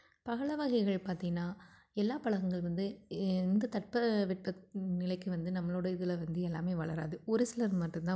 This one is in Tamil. பகல வகைகள் பார்த்தீங்கன்னா எல்லா பழங்கள் வந்து எந்தத் தட்பவெட்ப நிலைக்கு வந்து நம்மளோடய இதில் வந்து எல்லாமே வளராது ஒரு சிலது மட்டுந்தான் வரும்